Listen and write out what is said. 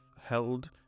held